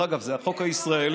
דרך אגב, זה החוק הישראלי,